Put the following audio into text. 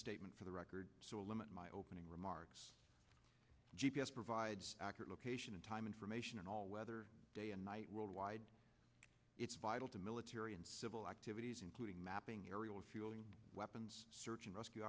statement for the record so limit my opening remarks g p s provides accurate location and time information in all weather day and night worldwide it's vital to military and civil activities including mapping aerial refueling weapons search and rescue